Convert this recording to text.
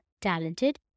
talented